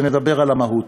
ונדבר על המהות.